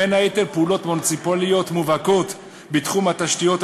בין היתר פעולות מוניציפליות מובהקות בתחום התשתיות העירוניות,